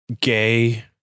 gay